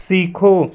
सीखो